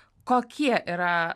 kokie yra